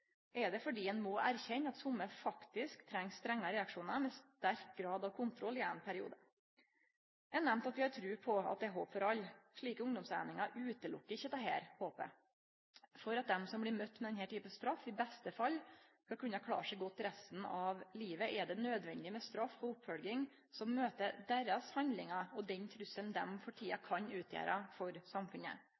er det fordi ein må erkjenne at somme faktisk treng strengare reaksjonar med sterk grad av kontroll i ein periode. Eg nemnde at vi har tru på at det er håp for alle. Slike ungdomseiningar stengjer ikkje for dette håpet. For at dei som blir møtte med denne typen straff, i beste fall skal kunne klare seg godt resten av livet, er det nødvendig med straff og oppfølging som møter deira handlingar og den trusselen dei for tida kan utgjere for samfunnet.